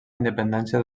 independència